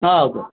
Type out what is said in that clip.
ಹಾಂ ಹೌದು